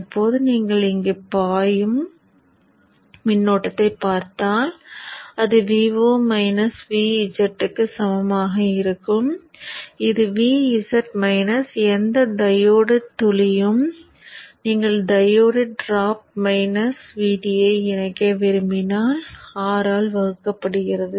இப்போது நீங்கள் இங்கு பாயும் மின்னோட்டத்தைப் பார்த்தால் அது Vo Vz க்கு சமமாக இருக்கும் இது Vz மைனஸ் எந்த டையோடு துளியும் நீங்கள் டையோடு டிராப் மைனஸ் Vd ஐ இணைக்க விரும்பினால் R ஆல் வகுக்கப்படுகிறது